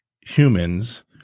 humans